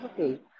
Okay